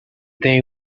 they